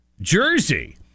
jersey